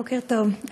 בוקר טוב,